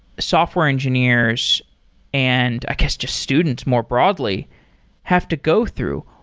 software engineers and, i guess, just students more broadly have to go through.